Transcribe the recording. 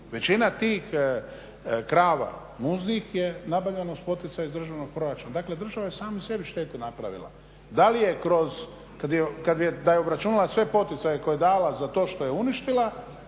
Većina tih krava muznih je nabavljeno uz poticaj iz državnog proračuna. Dakle država je sama sebi štetu napravila. Da li je kroz, kada je, da je obračunala sve poticaje koje je dala za to što je uništila